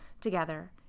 together